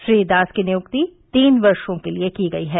श्री दास की नियुक्ति तीन वर्षो के लिये की गई है